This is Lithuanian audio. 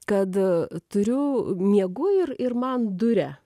kad turiu miegu ir ir man duria